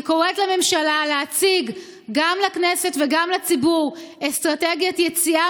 אני קוראת לממשלה להציג גם לכנסת וגם לציבור אסטרטגיית יציאה